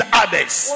others